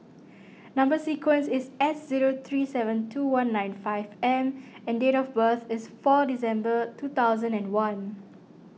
Number Sequence is S zero three seven two one nine five M and date of birth is four December two thousand and one